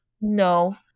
No